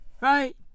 Right